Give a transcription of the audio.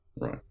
Right